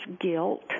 guilt